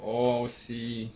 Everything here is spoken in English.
oh see